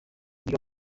yiga